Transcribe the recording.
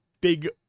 big